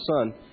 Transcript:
son